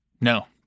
No